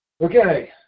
Okay